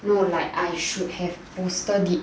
no like I should have posted it